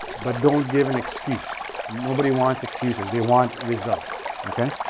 but don't give an excuse. nobody wants excuses, they want results, okay?